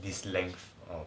this length